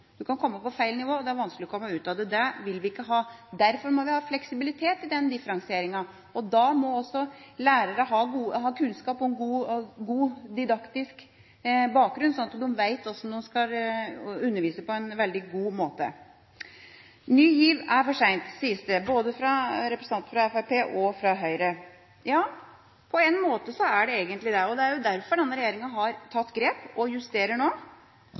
Du kan komme på feil nivå, og det er vanskelig å komme ut av det. Det vil vi ikke ha. Derfor må vi ha fleksibilitet i den differensieringa, og da må også lærerne ha god kunnskap og god didaktisk bakgrunn, slik at de vet hvordan de skal undervise på en veldig god måte. Ny GIV kommer for sent, sies det fra representantene for både Fremskrittspartiet og Høyre. Ja, på en måte gjør det det. Det er derfor denne regjeringa har tatt grep og justerer det nå.